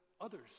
others